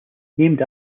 named